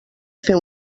fer